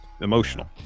emotional